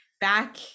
back